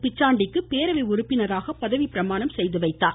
பிச்சாண்டிக்கு பேரவை உறுப்பினராக பதவிப்பிரமாணம் செய்து வைத்தார்